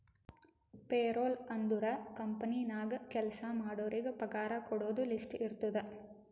payroll ಅಂದುರ್ company ನಾಗ್ ಕೆಲ್ಸಾ ಮಾಡೋರಿಗ ಪಗಾರ ಕೊಡೋದು ಲಿಸ್ಟ್ ಇರ್ತುದ್